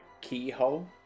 keyhole